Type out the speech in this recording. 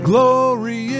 Glory